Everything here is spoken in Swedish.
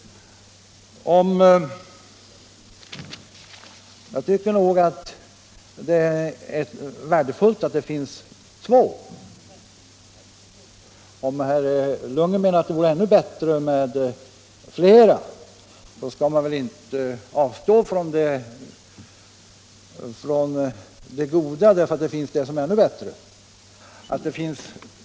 Men om herr Lundgren menar att det vore ännu bättre med flera valmöjligheter, så skall man väl ändå inte avstå från det goda därför att det finns något som är ännu bättre.